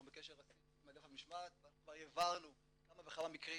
אנחנו בקשר רציף עם אגף המשמעת ואנחנו כבר העברנו כמה וכמה מקרים